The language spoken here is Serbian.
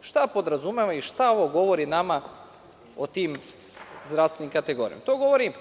Šta podrazumeva i šta ovo govori nama o tim zdravstvenim kategorijama? To govori